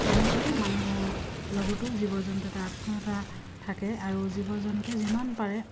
তেনেকৈ মানুহৰ লগতো জীৱ জন্তু এটা আত্মীয়তা থাকে আৰু জীৱ জন্তু যিমান পাৰে